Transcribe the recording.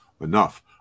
enough